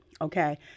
okay